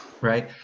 right